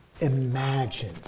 imagine